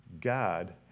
God